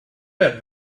where